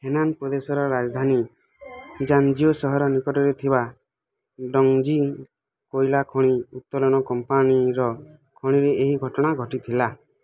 Henan ପ୍ରଦେଶର ରାଜଧାନୀ Zhengzhou ସହର ନିକଟରେ ଥିବା ଡଂଜିଂ କୋଇଲା ଖଣି ଉତ୍ତୋଳନ କମ୍ପାନୀର ଖଣିରେ ଏହି ଘଟଣା ଘଟିଥିଲା